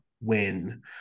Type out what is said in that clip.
win